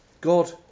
God